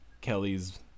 kelly's